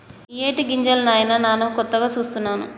ఇయ్యేటి గింజలు నాయిన నాను కొత్తగా సూస్తున్నాను